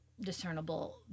discernible